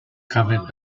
coming